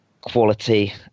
quality